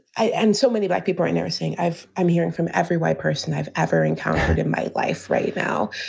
i and so many black people right now are saying i've i'm hearing from every white person i've ever encountered in my life right now.